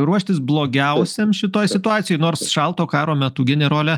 ruoštis blogiausiam šitoj situacijoj nors šalto karo metu generole